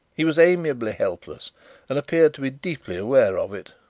he was amiably helpless and appeared to be deeply aware of it.